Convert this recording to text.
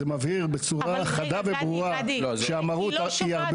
זה מבהיר בצורה חדה וברורה שהמרות היא הרבה